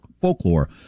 folklore